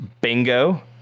bingo